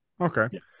okay